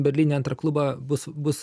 berlyne antrą klubą bus bus